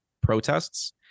protests